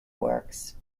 works